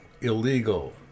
illegal